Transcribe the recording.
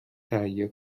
تهیه